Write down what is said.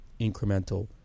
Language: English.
incremental